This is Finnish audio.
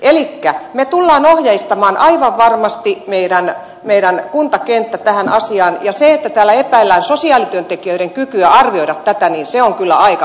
elikkä me tulemme ohjeistamaan aivan varmasti meidän kuntakenttämme tähän asiaan ja se että täällä epäillään sosiaalityöntekijöiden kykyä arvioida tätä niin se on kyllä aika paksua